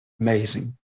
amazing